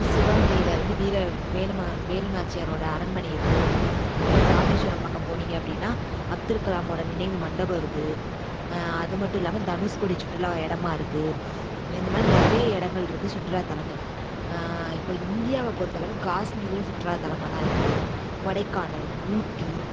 சிவகங்கையில் வந்து வேலு வேலுநாச்சியாரோட அரண்மனை இருக்குது இங்கிட்டு ராமேஸ்வரம் பக்கம் போனீங்க அப்படினா அப்துல் கலாமோட நினைவு மண்டபம் இருக்குது அது மட்டும் இல்லாமல் தனுஷ்கோடி சுற்றுலா இடமா இருக்குது இந்த மாதிரி நிறைய இடங்கள் இருக்குது சுற்றுலா தலங்கள் இப்போது இந்தியாவை பொறுத்தளவு காஷ்மீரு சுற்றுலா தலமாகதான் இருக்குது கொடைக்கானல் ஊட்டி